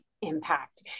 impact